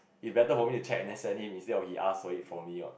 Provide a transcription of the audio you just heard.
it's better for me to check and then send him instead of he ask for it from me what